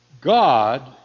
God